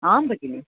आं भगिनि